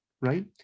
right